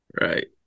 Right